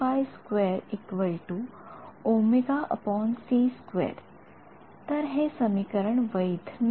विद्यार्थी कारण तर हे समीकरण वैध नाही